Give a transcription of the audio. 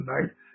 tonight